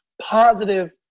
positive